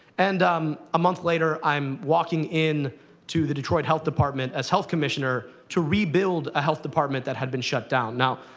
and um a month later, i'm walking in to the detroit health department, as health commissioner, to rebuild a health department that had been shut down. now,